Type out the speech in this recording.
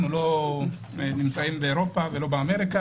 אנחנו לא נמצאים באירופה ולא באמריקה,